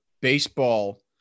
Baseball –